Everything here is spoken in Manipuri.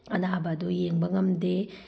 ꯑꯅꯥꯕ ꯑꯗꯨ ꯌꯦꯡꯕ ꯉꯝꯗꯦ